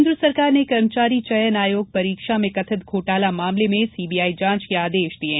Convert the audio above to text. केन्द्र सरकार ने कर्मचारी चयन आयोग परीक्षा में कथित घोटाला मामले में सीबीआई जांच के आदेश दिये